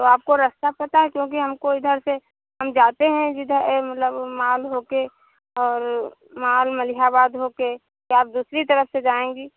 तो आपको रस्ता पता है क्योंकि हमको इधर से हम जाते हैं जिधर मतलब माल होके और माल मलीहाबाद होके कि आप दूसरी तरफ से जाएंगी